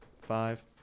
five